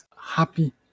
happy